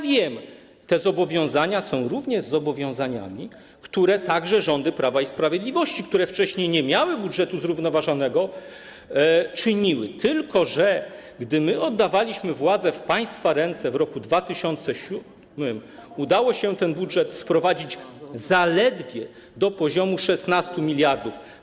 Wiem, że te zobowiązania są również zobowiązaniami, które także rządy Prawa i Sprawiedliwości, które wcześniej nie miały budżetu zrównoważonego, czyniły, ale gdy oddawaliśmy władzę w państwa ręce w roku 2007, udało się ten budżet sprowadzić zaledwie do poziomu 16 mld.